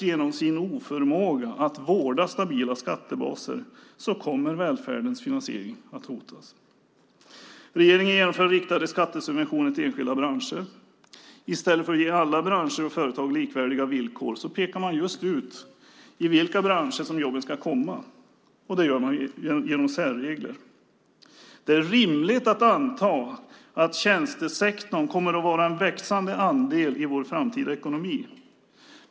Genom dess oförmåga att vårda stabila skattebaser kommer välfärdens finansiering att hotas. Regeringen inför riktade skattesubventioner till enskilda branscher. I stället för att ge alla branscher och företag likvärdiga villkor pekar man ut i vilka branscher som jobben ska komma. Det gör man genom särregler. Det är rimligt att anta att tjänstesektorn kommer att vara en växande andel av vår framtida ekonomi.